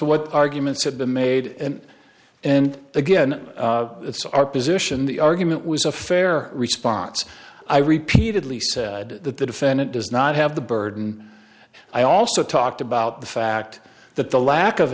what arguments had been made and and again it's our position the argument was a fair response i repeatedly said that the defendant does not have the burden i also talked about the fact that the lack of